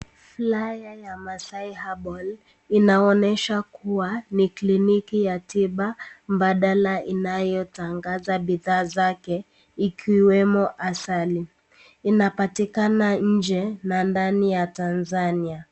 Flyer ya Masai Herbal, inaonyesha kuwa, ni kliniki ya tiba mbadala inayotangaza bidhaa zake, ikiwemo asali. Inapatikana nje na ndani ya Tanzania.